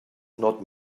not